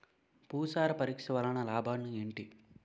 భూసార పరీక్ష వలన లాభాలు ఏంటి?